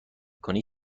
کنی